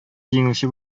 җиңүче